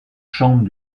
chambre